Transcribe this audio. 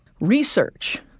research